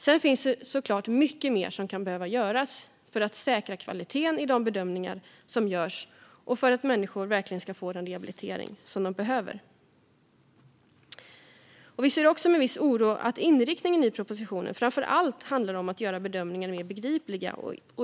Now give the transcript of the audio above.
Sedan finns det såklart mycket mer som kan behöva göras för att säkra kvaliteten i de bedömningar som görs och för att människor verkligen ska få den rehabilitering som de behöver. Vi ser också med viss oro på att inriktningen i propositionen framför allt handlar om att göra bedömningarna mer begripliga.